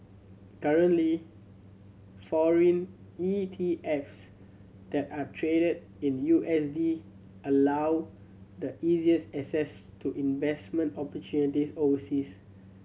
currently foreign E T Fs that are traded in U S D allow the easiest access to investment opportunities overseas